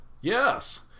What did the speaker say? Yes